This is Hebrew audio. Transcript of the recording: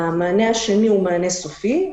המענה השני הוא מענה סופי,